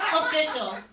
Official